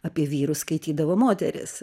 apie vyrus skaitydavo moterys